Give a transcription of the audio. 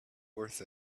worth